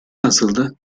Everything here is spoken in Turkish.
nasıldı